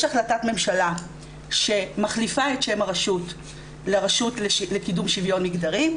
יש החלטת ממשלה שמחליפה את שם הרשות לרשות לקידום שוויון מגדרי,